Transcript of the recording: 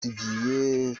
tugiye